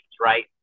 right